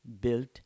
built